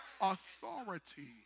authority